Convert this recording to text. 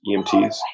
EMTs